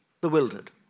bewildered